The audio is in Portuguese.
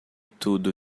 tudo